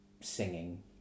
singing